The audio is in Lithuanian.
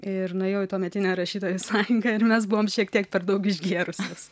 ir nuėjau į tuometinę rašytojų sąjungą ir mes buvom šiek tiek per daug išgėrusios